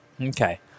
Okay